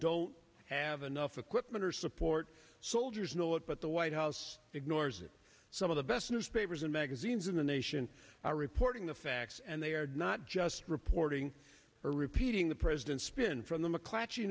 don't have enough equipment or support soldiers know it but the white house ignores it some of the best newspapers and magazines in the nation are reporting the facts and they are not just reporting or repeating the president's spin from the mccla